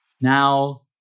Now